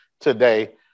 today